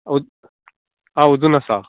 okay आं अजून आसा